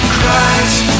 Christ